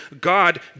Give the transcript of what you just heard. God